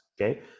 Okay